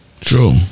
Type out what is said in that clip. True